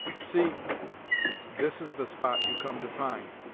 see this is the spot you come to find!